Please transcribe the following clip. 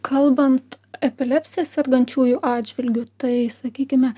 kalbant epilepsija sergančiųjų atžvilgiu tai sakykime